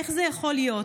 איך זה יכול להיות?